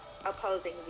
opposing